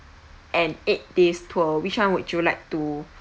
and eight days tour which one would you like to